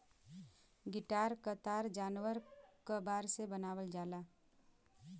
guitar क तार जानवर क बार से बनावल जाला